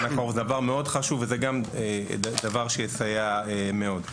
זה דבר מאוד חשוב וזה גם דבר שיסייע מאוד.